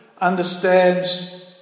understands